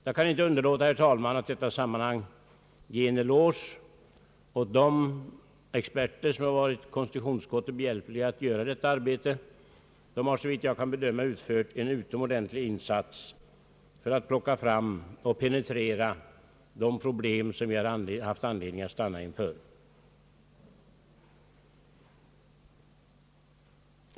Jag kan inte underlåta, herr talman, att i detta sammanhang ge en eloge åt de experter som i år varit konstitutionsutskottet behjälpliga att göra vårt arbete. De har såvitt jag kan bedöma utfört en utomordentligt viktig insats för att plocka fram material och penetrera de problem, som vi haft anledning att stanna inför.